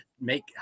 make